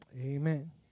amen